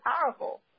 powerful